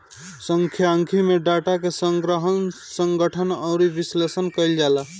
सांख्यिकी में डाटा के संग्रहण, संगठन अउरी विश्लेषण कईल जाला